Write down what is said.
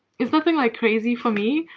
it's nothing like crazy for me,